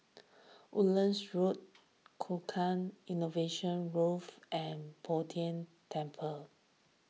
Woodlands Road Tukang Innovation Grove and Bo Tien Temple